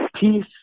peace